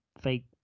fake